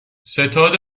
ستاد